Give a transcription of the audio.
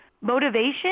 motivation